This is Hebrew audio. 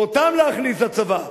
ואותם להכניס לצבא,